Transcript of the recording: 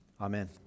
Amen